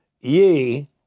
ye